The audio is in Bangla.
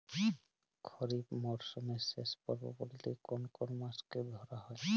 খরিপ মরসুমের শেষ পর্ব বলতে কোন কোন মাস কে ধরা হয়?